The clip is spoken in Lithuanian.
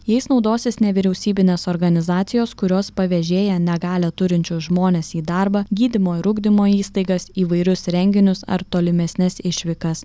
jais naudosis nevyriausybinės organizacijos kurios pavėžėję negalią turinčius žmones į darbą gydymo ir ugdymo įstaigas įvairius renginius ar tolimesnes išvykas